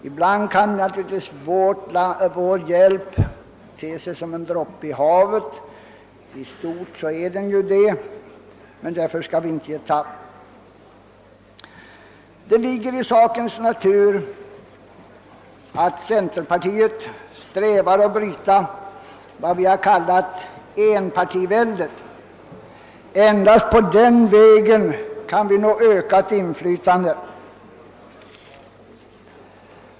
Ibland kan naturligtvis vår hjälp te sig som en droppe i havet, och i stort är den det, men därför får vi inte ge tappt. Det ligger i sakens natur att centerpartiet strävar att bryta vad vi har kallat enpartiväldet. Endast på den vägen kan vi nå ökat inflytande.